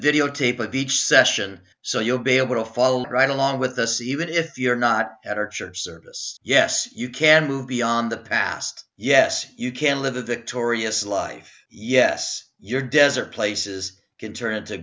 videotape of each session so you'll be able to follow right along with us even if you're not at our church service yes you can move beyond the past yes you can live a victorious life yes your desert places can turn into